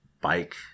bike